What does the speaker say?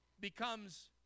becomes